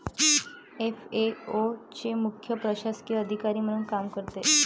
FAO चे मुख्य प्रशासकीय अधिकारी म्हणून काम करते